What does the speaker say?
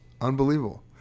Unbelievable